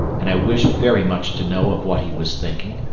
and i wished very much to know of what he was thinking,